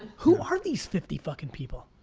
who are these fifty fuckin' people?